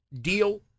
deal